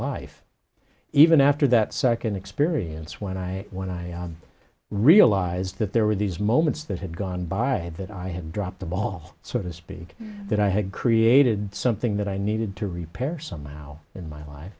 life even after that second experience when i when i realized that there were these moments that had gone by that i had dropped the ball so to speak that i had created something that i needed to repair somehow in my life